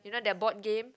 you know that board game